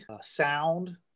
sound